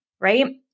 right